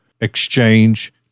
exchange